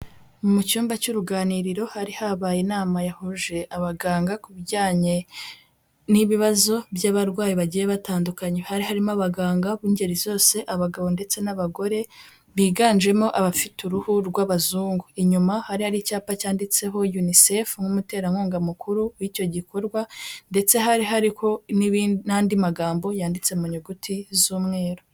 Mu cyumba cy'uruganiriro hari habaye inama yahuje abaganga ku bijyanye, n'ibibazo by'abarwayi bagiye batandukanye. Hari harimo abaganga b'ingeri zose abagabo ndetse n'abagore, biganjemo abafite uruhu rw'abazungu. Inyuma hari hari icyapa cyanditseho unicef nk'umuterankunga mukuru, w'icyo gikorwa, ndetse hari hari n'andi magambo yanditse mu nyuguti z'umweru.